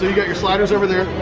got your sliders over there,